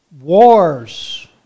wars